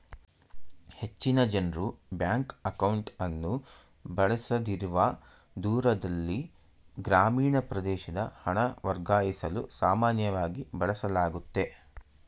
ಹೆಚ್ಚಿನ ಜನ್ರು ಬ್ಯಾಂಕ್ ಅಕೌಂಟ್ಅನ್ನು ಬಳಸದಿರುವ ದೂರದಲ್ಲಿ ಗ್ರಾಮೀಣ ಪ್ರದೇಶದ ಹಣ ವರ್ಗಾಯಿಸಲು ಸಾಮಾನ್ಯವಾಗಿ ಬಳಸಲಾಗುತ್ತೆ